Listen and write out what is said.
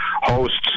hosts